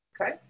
Okay